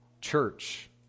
church